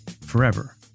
forever